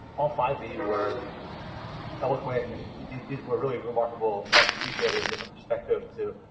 all five of you were eloquent. and these were really remarkable talks that each added a different perspective to,